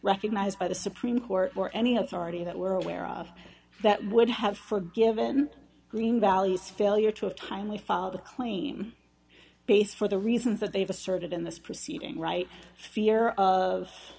recognized by the supreme court or any authority that we're aware of that would have for a given green valleys failure to a timely filed a claim based for the reasons that they've asserted in this proceeding right fear of